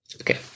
Okay